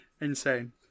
insane